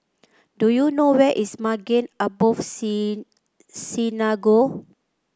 do you know where is Maghain Aboth Sy Synagogue